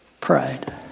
Pride